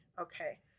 okay